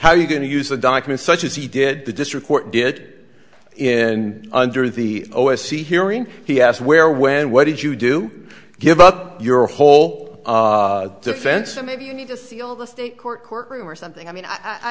how you going to use the documents such as he did the district court did in under the o s c hearing he has where when what did you do give up your whole defense and maybe you need to see all the state court courtroom or something i mean i